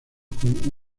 con